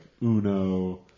Uno